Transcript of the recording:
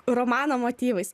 romano motyvais